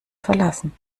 verlassen